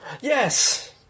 Yes